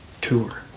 tour